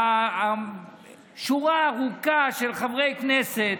שורה ארוכה של חברי כנסת,